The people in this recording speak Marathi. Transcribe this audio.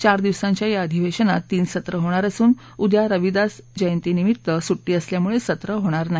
चार दिवसाच्या या अधिवेशनात तीन सत्र होणार असून उद्या रविदास जयंती निमित्त सुट्टी असल्यामुळे सत्र होणार नाही